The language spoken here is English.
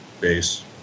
base